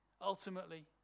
ultimately